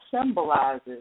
symbolizes